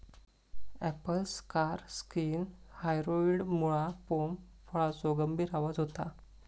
Apple scar skin व्हायरॉइडमुळा pome फळाचो गंभीर आजार होता